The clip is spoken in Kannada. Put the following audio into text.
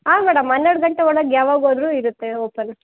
ಆಂ ಮೇಡಮ್ ಹನ್ನೆರಡು ಗಂಟೆ ಒಳಗೆ ಯಾವಾಗ ಹೋದ್ರು ಇರುತ್ತೆ ಓಪನ್